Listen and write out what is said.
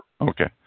Okay